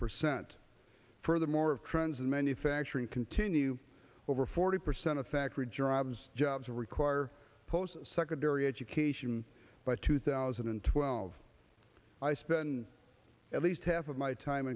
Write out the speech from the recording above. percent furthermore of trends in manufacturing continue over forty percent of factory jobs jobs require post secondary occasion by two thousand and twelve i spent at least half of my time